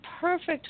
perfect